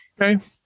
Okay